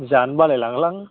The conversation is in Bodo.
जानो बालाय लाङो लां